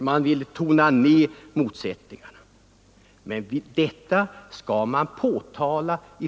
Man ville tona ned motsättningarna.